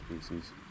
species